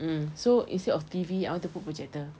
mmhmm so instead of T_V I want to put projector